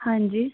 हाँ जी